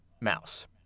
Mouse